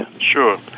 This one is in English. Sure